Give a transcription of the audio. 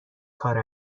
کار